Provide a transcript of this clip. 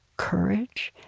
courage,